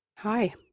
Hi